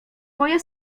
moje